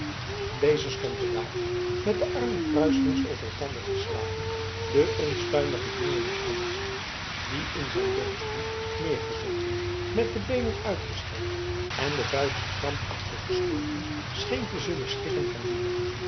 deze stond bedaard met de armen kruiselings over elkander geslagen den onstuimigen jongeling aan te zien die in zijn leunstoel neergezonken met de beenen uitgestrekt en de vuisten krampachtig gesloten scheen te zullen stikken van woede